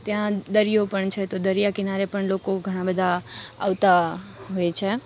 ત્યાં દરિયો પણ છે તો દરિયા કિનારે પણ લોકો ઘણાં બધાં આવતાં હોય છે